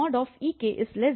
Ik